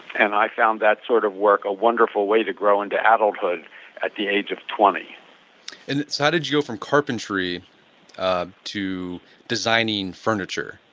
and i found that sort of work a wonderful way to grow into adulthood at the age of twenty and point how did you go from carpentry ah to designing furniture,